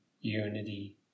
unity